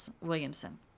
Williamson